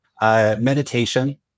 Meditation